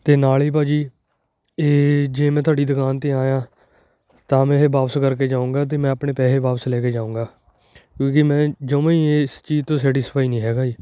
ਅਤੇ ਨਾਲ ਹੀ ਭਾਅ ਜੀ ਇਹ ਜੇ ਮੈਂ ਤੁਹਾਡੀ ਦੁਕਾਨ 'ਤੇ ਆਇਆ ਤਾਂ ਮੈਂ ਇਹ ਵਾਪਸ ਕਰਕੇ ਜਾਊਂਗਾ ਅਤੇ ਮੈਂ ਆਪਣੇ ਪੈਸੇ ਵਾਪਸ ਲੈ ਕੇ ਜਾਊਂਗਾ ਕਿਉਂਕਿ ਮੈਂ ਜਮਾਂ ਹੀ ਇਸ ਚੀਜ਼ ਤੋਂ ਸੈਟਿਸਫਾਈ ਨਹੀਂ ਹੈਗਾ ਜੀ